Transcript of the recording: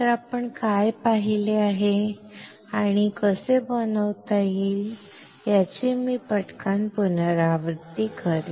तर आपण काय पाहिले आहे आणि कसे बनवता येईल याची मी पटकन पुनरावृत्ती करू